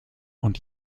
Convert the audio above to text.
und